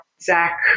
zach